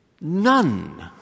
none